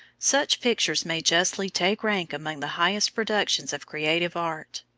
such pictures may justly take rank among the highest productions of creative art,